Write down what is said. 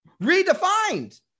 redefined